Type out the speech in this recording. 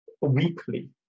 weekly